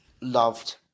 Loved